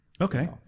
Okay